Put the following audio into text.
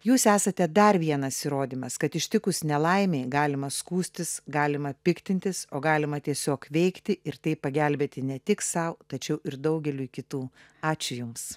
jūs esate dar vienas įrodymas kad ištikus nelaimei galima skųstis galima piktintis o galima tiesiog veikti ir taip pagelbėti ne tik sau tačiau ir daugeliui kitų ačiū jums